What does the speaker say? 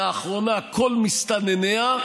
לאחרונה כל מסתנניה,